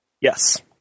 Yes